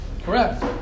Correct